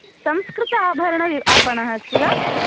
संस्कृताभरण आपणः अस्ति वा